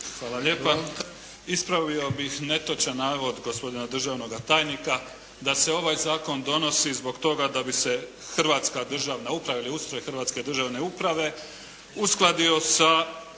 Hvala lijepa. Ispravio bih netočan navod gospodina državnoga tajnika da se ovaj zakon donosi radi toga da bi se hrvatska državna uprava ili ustroj hrvatske državne uprave uskladio sa